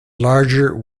larger